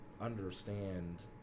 understand